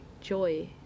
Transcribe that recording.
joy